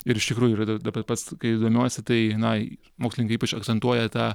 ir iš tikrųjų yra dabar pats kai domiuosi tai na mokslininkai ypač akcentuoja tą